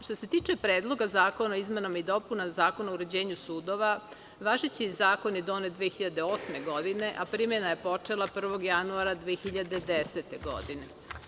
Što se tiče Predloga zakona o izmenama i dopunama Zakona o uređenju sudova, važeći zakon je donet 2008. godine, a primena je počela 1. januara 2010. godine.